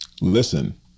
listen